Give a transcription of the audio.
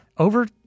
Over